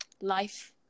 life